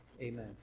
Amen